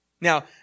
Now